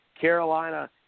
Carolina